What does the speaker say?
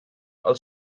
als